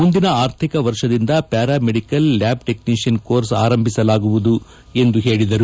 ಮುಂದಿನ ಆರ್ಥಿಕ ವರ್ಷದಿಂದ ಪ್ಯಾರಾಮೆಡಿಕಲ್ ಲ್ಯಾಬ್ ಟೆಕ್ನೀಡಿಯನ್ ಕೋರ್ಸ್ ಆರಂಭಿಸಲಾಗುವುದು ಎಂದರು